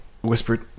whispered